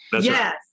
Yes